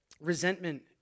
resentment